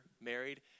married